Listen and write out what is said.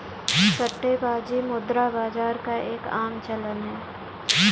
सट्टेबाजी मुद्रा बाजार का एक आम चलन है